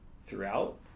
throughout